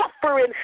suffering